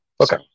okay